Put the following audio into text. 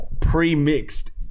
pre-mixed